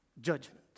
Judgment